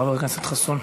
חבר הכנסת חסון.